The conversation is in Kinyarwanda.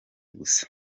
gusa